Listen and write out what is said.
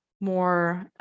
more